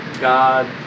God